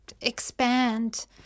expand